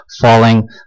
falling